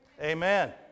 Amen